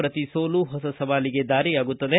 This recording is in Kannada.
ಪ್ರತೀ ಸೋಲು ಹೊಸ ಸವಾಲಿಗೆ ದಾರಿಯಾಗುತ್ತದೆ